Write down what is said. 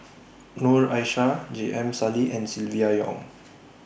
Noor Aishah J M Sali and Silvia Yong